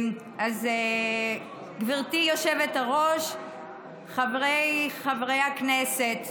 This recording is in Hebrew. גברתי היושבת-ראש, חבריי חברי הכנסת,